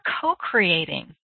co-creating